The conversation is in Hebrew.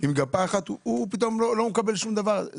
עם גפה אחת הוא פתאום לא מקבל שום דבר.